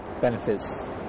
benefits